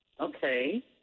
Okay